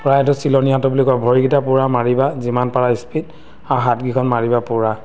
প্ৰায় এইটো চিলনী সাঁতোৰ বুলি কয় ভৰিকেইটা পূৰা মাৰিবা যিমান পাৰা স্পীড আৰু হাতকেইখন মাৰিবা পূৰা